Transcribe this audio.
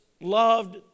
loved